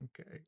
okay